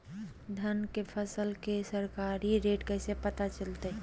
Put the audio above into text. धान के फसल के सरकारी रेट कैसे पता चलताय?